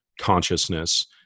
consciousness